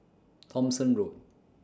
Thomson Road